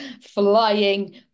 flying